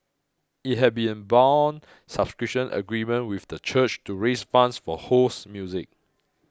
it had be a bond subscription agreement with the church to raise funds for Ho's music